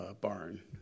barn